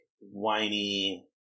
whiny